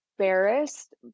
embarrassed